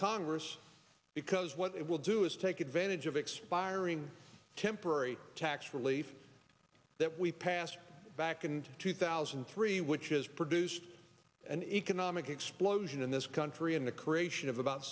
congress because what it will do is take advantage of expiring temporary tax relief that we passed back and two thousand and three which has produced an economic explosion in this country and the creation of about